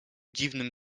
dziwnym